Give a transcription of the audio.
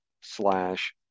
slash